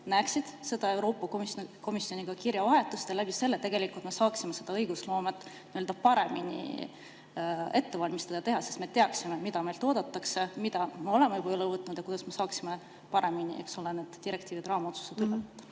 näeksid seda Euroopa Komisjoniga kirjavahetust? Siis me saaksime tegelikult õigusloomet paremini ette valmistada ja teha, sest me teaksime, mida meilt oodatakse, mida me oleme juba üle võtnud ja kuidas me saaksime paremini need direktiivid ja raamotsused üle